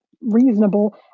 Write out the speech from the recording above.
reasonable